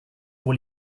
pour